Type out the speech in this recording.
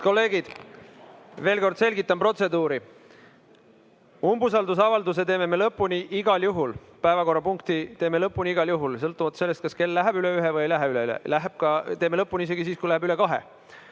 kolleegid! Veel kord selgitan protseduuri. Umbusaldusavalduse arutame me lõpuni igal juhul, päevakorrapunkti arutame lõpuni igal juhul, sõltumata sellest, kas kell läheb üle ühe või ei lähe, teeme lõpuni isegi siis, kui läheb üle kahe.